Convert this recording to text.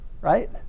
right